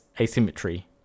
asymmetry